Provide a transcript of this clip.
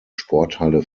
sporthalle